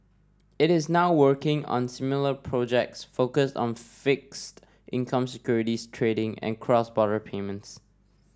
it is now working on similar projects focused on fixed income securities trading and cross border payments